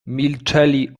milczeli